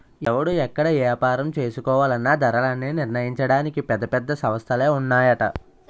ఎవడు ఎక్కడ ఏపారం చేసుకోవాలన్నా ధరలన్నీ నిర్ణయించడానికి పెద్ద పెద్ద సంస్థలే ఉన్నాయట